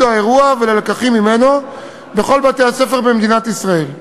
האירוע וללימוד לקחים ממנו בכל בתי-הספר במדינת ישראל.